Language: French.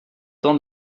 temps